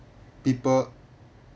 people